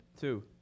Two